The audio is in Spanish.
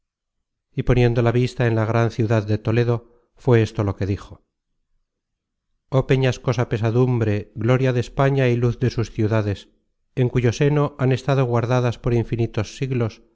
y poniendo la vista en la gran ciudad de toledo fué esto lo que dijo oh peñascosa pesadumbre gloria de españa y luz de sus ciudades en cuyo seno han estado guardadas por infinitos siglos